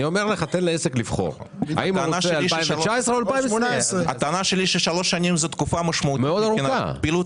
אני אומר לך תן לעסק לבחור האם הוא רוצה 2019 או הוא רוצה 2018. הטענה שלי היא ששלוש שנים היא תקופה משמעותית מבחינת הפעילות